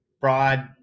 broad